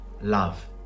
love